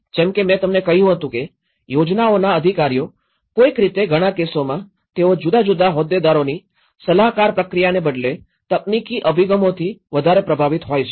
તેથી જેમ કે મેં તમને કહ્યું હતું કે યોજનાઓના અધિકારીઓ કોઈક રીતે ઘણા કેસોમાં તેઓ જુદા જુદા હોદ્દેદારોની સલાહકાર પ્રક્રિયાને બદલે તકનીકી અભિગમોથી વધારે પ્રભાવિત હોય છે